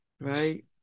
right